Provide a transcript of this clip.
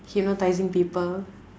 hypnotising people